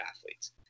athletes